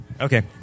Okay